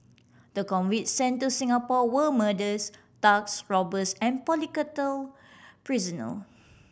the convicts sent to Singapore were murderers thugs robbers and political prisonal